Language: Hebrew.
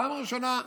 פעם ראשונה.